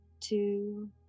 two